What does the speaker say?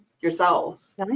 yourselves